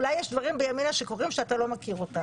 אולי יש דברים בימינה שקורים שאתה לא מכיר אותם.